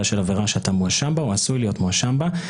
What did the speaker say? של עבירה שאתה מואשם בה או עשוי להיות מואשם בה,